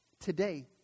Today